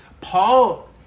Paul